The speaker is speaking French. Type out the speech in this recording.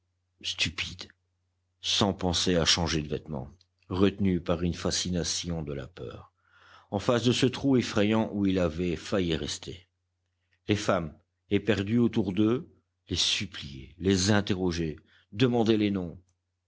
stupides sans penser à changer de vêtements retenus par une fascination de la peur en face de ce trou effrayant où ils avaient failli rester les femmes éperdues autour d'eux les suppliaient les interrogeaient demandaient les noms